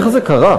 איך זה קרה?